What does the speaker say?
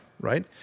right